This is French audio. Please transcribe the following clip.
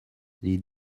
les